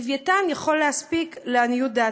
"לווייתן" יכול להספיק, לעניות דעתי.